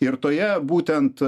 ir toje būtent